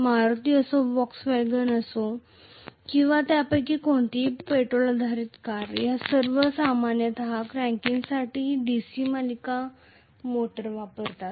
मारुती असो फॉक्सवॅगन किंवा त्यापैकी कोणत्याही पेट्रोल आधारित कार या सर्व सामान्यतः क्रॅकिंगसाठी DC सिरीजमोटर वापरतात